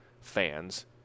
fans